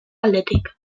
aldetik